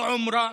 (אומר בערבית: